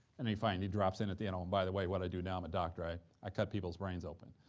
and he finally drops in at the end, oh, and by the way, what i do now, i'm a doctor. i i cut people's brains open.